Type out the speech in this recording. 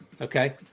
Okay